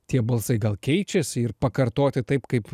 tie balsai gal keičiasi ir pakartoti taip kaip